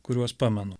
kuriuos pamenu